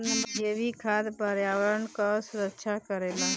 जैविक खाद पर्यावरण कअ सुरक्षा करेला